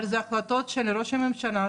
אבל זה החלטות של ראש הממשלה,